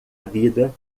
vida